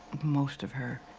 most of her